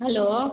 hello